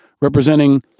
representing